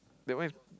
that one is